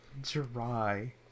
dry